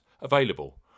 available